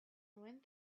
went